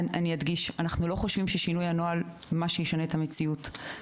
אנחנו לא חושבים ששינוי הנוהל ישנה את המציאות,